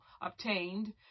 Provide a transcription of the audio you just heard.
obtained